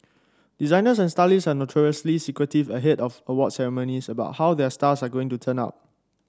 designers and stylists are notoriously secretive ahead of awards ceremonies about how their stars are going to turn out